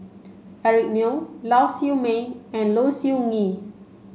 Eric Neo Lau Siew Mei and Low Siew Nghee